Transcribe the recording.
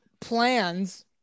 plans